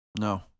No